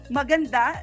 maganda